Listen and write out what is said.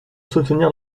soutenir